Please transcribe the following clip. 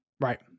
Right